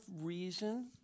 reason